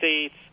States